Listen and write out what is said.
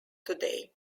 today